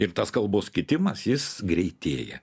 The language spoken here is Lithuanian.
ir tas kalbos kitimas jis greitėja